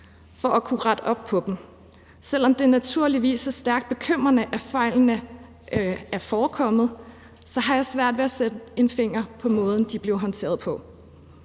for at kunne rette op på dem. Selv om det naturligvis er stærkt bekymrende, at fejlene er forekommet, så har jeg svært ved at sætte en finger på måden, de blev håndteret på.